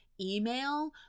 email